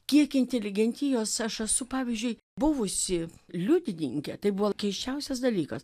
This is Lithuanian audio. kiek inteligentijos aš esu pavyzdžiui buvusi liudininkė tai buvo keisčiausias dalykas